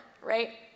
right